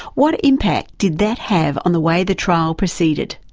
what impact did that have on the way the trial proceeded?